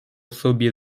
sobie